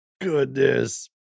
Goodness